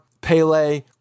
Pele